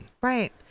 right